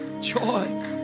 joy